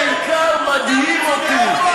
זה בעיקר מדהים אותי,